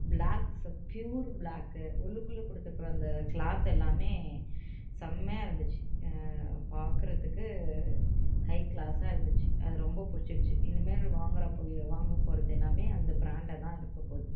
block ஸ் pure black உள்ளுக்குள்ளே கொடுத்து இருக்கிற அந்த கிளாத் எல்லாமே செம்மயா இருந்துச்சு பாரக்குறதுக்கு ஹை கிளாஸாக இருந்துச்சு அது ரொம்ப பிடிச்சிருந்துச்சி இனிமேல் வாங்குறப்போது வாங்க போகிறது எல்லாமே அந்த ப்ராண்டாக தான் இருக்க போகுது